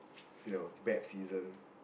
you know bad season